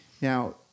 Now